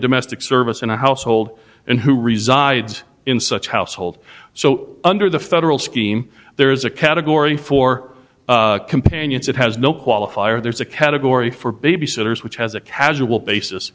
domestic service in a household and who resides in such household so under the federal scheme there is a category for companions it has no qualifier there is a category for babysitters which has a casual basis